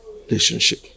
Relationship